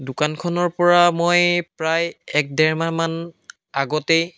দোকানখনৰ পৰা মই প্ৰায় এক ডেৰমাহমান আগতেই